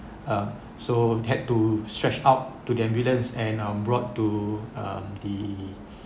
uh so had to stretch out to the ambulance and um brought to um the